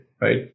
right